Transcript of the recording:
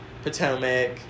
Potomac